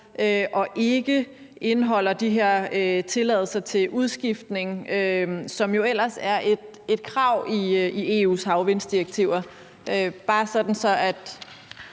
og ikke indeholder de her tilladelser til udskiftning, som jo ellers er et krav i EU's havvindsdirektiver – bare sådan at